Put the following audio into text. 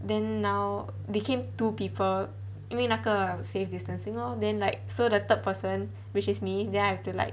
then now became two people 因为那个 safe distancing lor then like so the third person which is me then I've to like